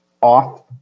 off